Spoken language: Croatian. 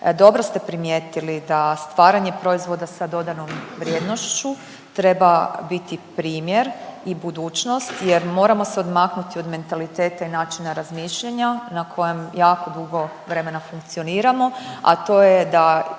Dobro ste primijetili da stvaranje proizvoda sa dodanom vrijednošću treba biti primjer i budućnost jer moramo se odmaknuti od mentaliteta i načina razmišljanja na kojem jako dugo vremena funkcioniramo, a to je da